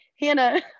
Hannah